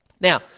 Now